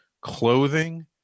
clothing